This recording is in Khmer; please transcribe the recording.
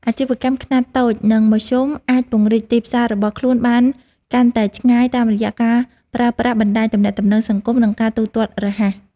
អាជីវកម្មខ្នាតតូច និងមធ្យមអាចពង្រីកទីផ្សាររបស់ខ្លួនបានកាន់តែឆ្ងាយតាមរយៈការប្រើប្រាស់បណ្តាញទំនាក់ទំនងសង្គមនិងការទូទាត់រហ័ស។